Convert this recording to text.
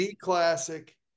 classic